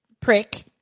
prick